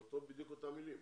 אלה בדיוק אותן מלים.